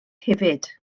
hefyd